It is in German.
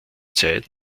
zeit